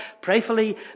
prayerfully